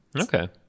okay